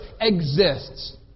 exists